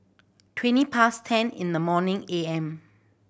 twenty past ten in the morning A M